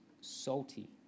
salty